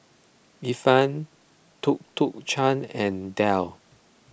Ifan Tuk Tuk Cha and Dell